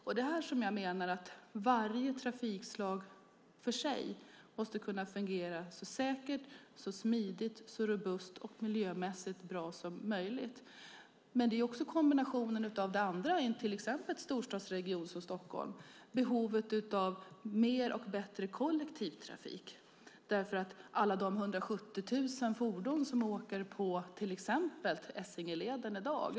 Det är här som jag menar att varje trafikslag för sig måste kunna fungera så säkert, smidigt, robust och miljömässigt bra som möjligt. Men det är också kombinationen av det andra i till exempel en storstadsregion som Stockholm. Det handlar om behovet av mer och bättre kollektivtrafik. Det är 170 000 fordon som åker på till exempel Essingeleden i dag.